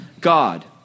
God